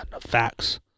facts